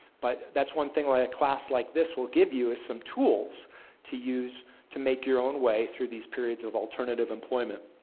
but, that's one thing like a class like this will give you some tools to use to make your own way through these periods of alternative employment.